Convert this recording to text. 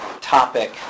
topic